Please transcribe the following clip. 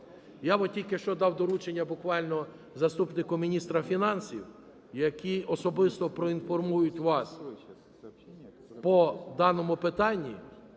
от тільки що дав доручення буквально заступнику міністра фінансів, який особисто проінформує вас по даному питанню